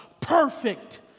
perfect